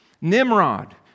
Nimrod